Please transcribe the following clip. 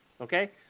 Okay